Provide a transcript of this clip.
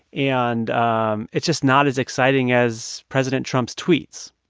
and um it's just not as exciting as president trump's tweets.